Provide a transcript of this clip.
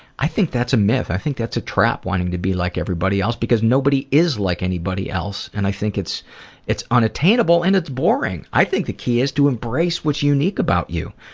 i think that's a myth. i think that's a trap, wanting to be like everybody else because nobody is like anybody else and i think it's it's unattainable and it's boring. i think the key is to embrace what's unique about you.